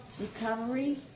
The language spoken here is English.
recovery